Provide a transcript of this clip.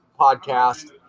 podcast